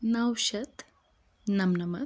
نَو شیٚتھ نَمنَمَتھ